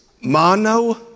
mono